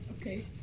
Okay